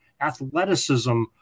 athleticism